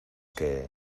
que